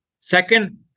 Second